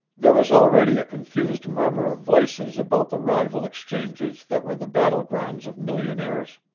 there was already a confused murmur of voices about the rival exchanges that were the battlegrounds of millionaires.